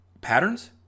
patterns